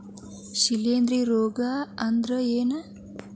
ಶಿಲೇಂಧ್ರ ರೋಗಾ ಅಂದ್ರ ಏನ್?